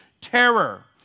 terror